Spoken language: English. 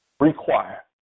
Require